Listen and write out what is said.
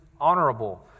honorable